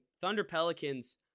Thunder-Pelicans